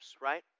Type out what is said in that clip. right